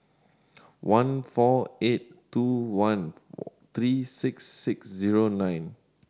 one four eight two one three six six zero nine